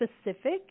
specific